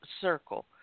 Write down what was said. circle